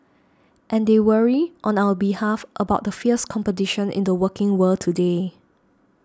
and they worry on our behalf about the fierce competition in the working world today